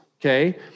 okay